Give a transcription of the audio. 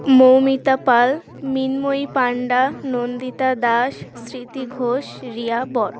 মৌমিতা পাল মৃন্ময়ী পান্ডা নন্দিতা দাস স্মৃতি ঘোষ রিয়া বর